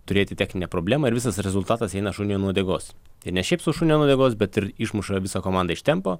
turėti techninę problemą ir visas rezultatas eina šuniui ant uodegos tai ne šiaip sau šuniui ant uodegos bet ir išmuša visą komandą iš tempo